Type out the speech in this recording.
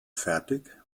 fertig